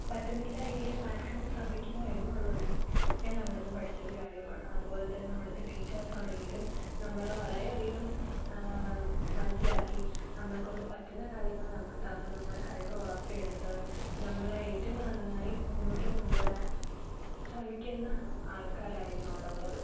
പറ്റുന്നില്ല എങ്കിലും മാക്സിമം ശ്രമിക്കുക എന്നുള്ളത് ഞാൻ അവിടുന്ന് പഠിച്ച ഒരു കാര്യമാണ് അത് പോലെതന്നെ അവിടുത്തെ ടീച്ചേർസ് ആണെങ്കിലും നമ്മളെ വളരെയധികം മനസിലാക്കി നമ്മളെ കൊണ്ട് പറ്റുന്ന കാര്യങ്ങൾ നമുക്ക് തന്ന് നമ്മുടെ കഴിവ് വളർത്തിയെടുത്ത് നമ്മളെ ഏറ്റവും നന്നായി മുന്നോട്ട് കൊണ്ട് വരാൻ ശ്രമിക്കുന്ന ആൾക്കാരായിരുന്നു അവിടെയുള്ളത്